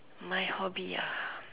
my hobby ah